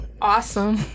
Awesome